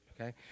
Okay